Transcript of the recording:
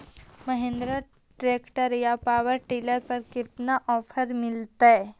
Mahindra tractor या power dealer पर कितना ओफर मीलेतय?